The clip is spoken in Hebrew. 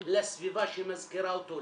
לסביבה שמזכירה אותו,